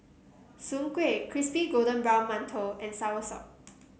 Soon Kueh Crispy Golden Brown Mantou and soursop